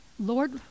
Lord